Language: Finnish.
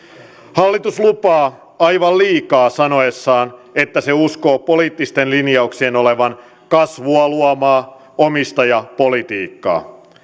hallitus lupaa aivan liikaa sanoessaan että se uskoo poliittisten linjauksien olevan kasvua luovaa omistajapolitiikkaa